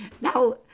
Now